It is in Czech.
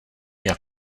jak